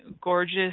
gorgeous